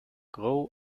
grow